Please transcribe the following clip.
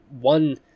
one